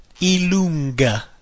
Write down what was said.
Ilunga